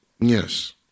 Yes